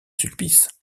sulpice